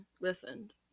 listened